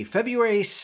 February